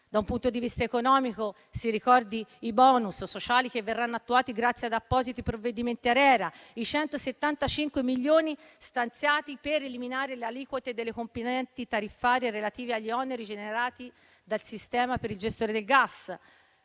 da un punto di vista economico i *bonus* sociali che verranno attuati grazie ad appositi provvedimenti ARERA e i 175 milioni stanziati per eliminare le aliquote delle componenti tariffarie relative agli oneri rigenerati dal sistema per i gestori del gas,